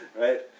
Right